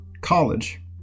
college